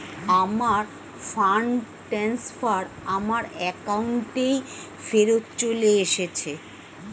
আমার fund transfer আমার অ্যাকাউন্টেই ফেরত চলে এসেছে